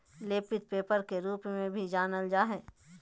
लेपित पेपर के रूप में भी जानल जा हइ